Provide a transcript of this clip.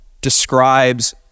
describes